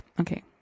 okay